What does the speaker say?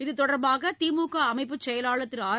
இத்தொடர்பாக திமுக அமைப்புச் செயலாளர் திரு ஆர்